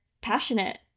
passionate